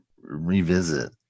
revisit